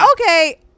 okay